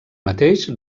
mateix